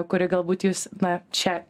kuri galbūt jūs na šią